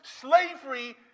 Slavery